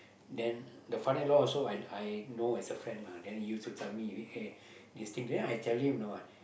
then the father in law also I I know as a friend lah then he used to tell me eh this thing then I tell him you know what